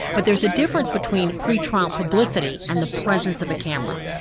but there's a difference between pre-trial publicity and the presence of a camera.